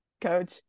coach